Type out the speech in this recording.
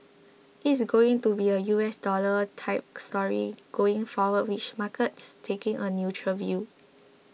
it is going to be a U S dollar type story going forward with markets taking a neutral view